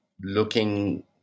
looking